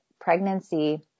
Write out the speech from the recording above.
pregnancy